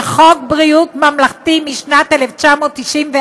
בחוק בריאות ממלכתי משנת 1994,